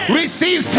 receive